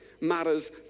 matters